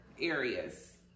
areas